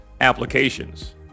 applications